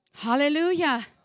Hallelujah